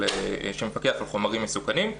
שמפקח על חומרים מסוכנים.